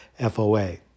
FOA